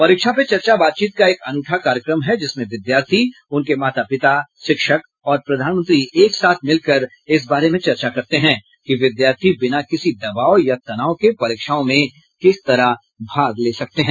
परीक्षा पे चर्चा बातचीत का एक अनूठा कार्यक्रम है जिसमें विद्यार्थी उनके माता पिता शिक्षक और प्रधानमंत्री एक साथ मिलकर इस बारे में चर्चा करते हैं कि विद्यार्थी बिना किसी दबाव या तनाव के परीक्षाओं में किस तरह भाग ले सकते हैं